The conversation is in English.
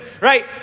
right